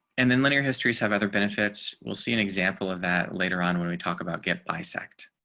and then linear histories have other benefits will see an example of that later on when we talk about get bisect